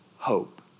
hope